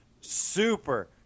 super